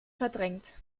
verdrängt